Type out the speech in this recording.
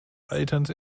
alterns